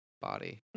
body